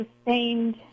sustained